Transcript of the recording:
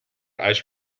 ice